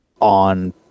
on